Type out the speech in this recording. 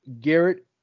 Garrett